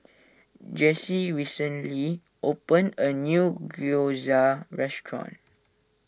Jessie recently opened a new Gyoza restaurant